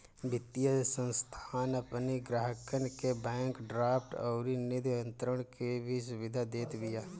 वित्तीय संस्थान अपनी ग्राहकन के बैंक ड्राफ्ट अउरी निधि अंतरण के भी सुविधा देत बिया